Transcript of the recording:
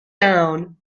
down